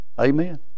Amen